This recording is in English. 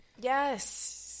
Yes